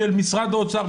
של משרד האוצר,